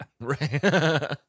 Right